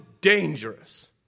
dangerous